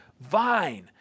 vine